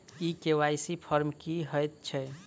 ई KYC form की हएत छै?